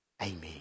Amen